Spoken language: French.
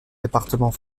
département